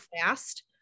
fast